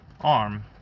arm